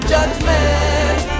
Judgment